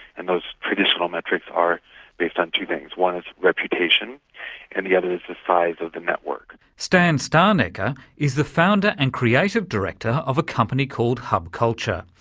and those traditional metrics are based on two things. one is reputation and the other is the size of the network. stan stalnaker is the founder and creative director of a company called hub culture.